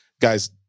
Guys